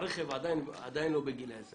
שהרכב עדיין לא בגיל 10